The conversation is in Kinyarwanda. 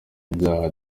ibyaha